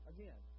Again